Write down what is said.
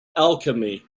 alchemy